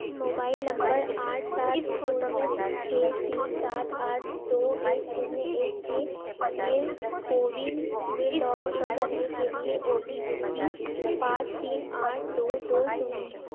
mobile number आठ सात शून्य छः तीन सात आठ दो एक शून्य एक के लिए कोविन में लॉग इन करने के लिए ओ टी पी पाँच तीन आठ दो दो शून्य है